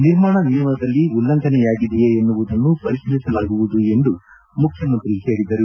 ನಿರ್ಮಾಣ ನಿಯಮದಲ್ಲಿ ಉಲ್ಲಂಘನೆಯಾಗಿದೆಯೇ ಎನ್ನುವುದನ್ನು ಪರಿಶೀಲಿಸಲಾಗುವುದು ಎಂದು ಮುಖ್ಯಮಂತ್ರಿ ಹೇಳಿದರು